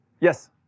Yes